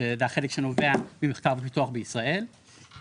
שזה החלק שנובע ממחקר ופיתוח בישראל,